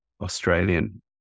Australian